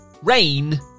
Rain